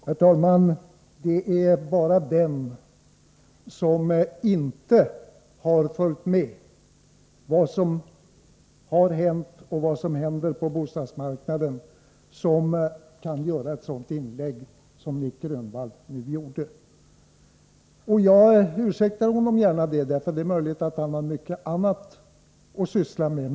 Herr talman! Det är bara den som inte har följt med vad som har hänt och vad som händer på bostadsmarknaden som kan göra ett sådant inlägg som Nic Grönvall nu gjorde. Jag ursäktar honom gärna, för det är möjligt att han har mycket annat att syssla med.